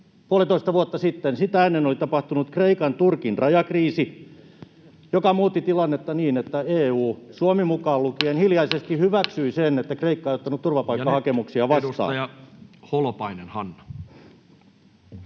puolitoista vuotta sitten. Sitä ennen oli tapahtunut Kreikan—Turkin rajakriisi, joka muutti tilannetta niin, että EU, Suomi mukaan lukien, hiljaisesti hyväksyi sen, että Kreikka ei ottanut turvapaikkahakemuksia vastaan.